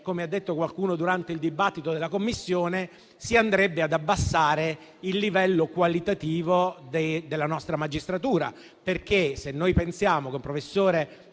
come ha detto qualcuno durante il dibattito in Commissione - si andrebbe ad abbassare il livello qualitativo della nostra magistratura. Non si pensi infatti che un professore